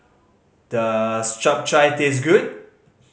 does Chap Chai taste good